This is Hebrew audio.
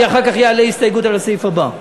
אני אחר כך אעלה הסתייגות לסעיף הבא.